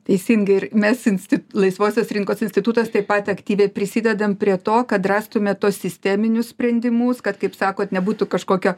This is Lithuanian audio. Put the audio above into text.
teisingai ir mes insti laisvosios rinkos institutas taip pat aktyviai prisidedam prie to kad rastume tuos sisteminius sprendimus kad kaip sakot nebūtų kažkokio